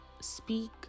speak